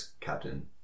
Captain